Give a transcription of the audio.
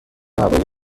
هوایی